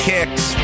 Kicks